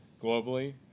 globally